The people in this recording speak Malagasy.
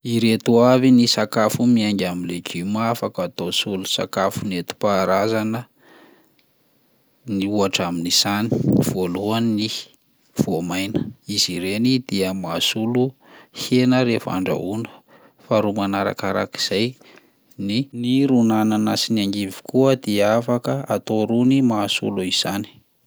Ireto avy ny sakafo miainga amin'ny legioma afaka atao solo sakafo nentim-paharazana: ny ohatra amin'izany, voalohany ny voamaina, izy ireny dia mahasolo hena rehefa andrahoana; faharoa manarakarak'izay ny- ny ron'anana sy ny angivy koa dia afaka atao rony mahasolo izany.